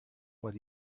what